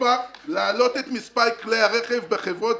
להעלות את מספר כלי הרכב בחברות